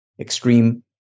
extreme